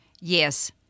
Yes